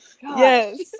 Yes